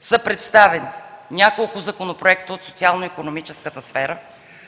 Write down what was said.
са представени няколко законопроекта от социално-икономическата сфера,